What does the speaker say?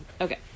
Okay